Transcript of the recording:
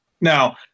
Now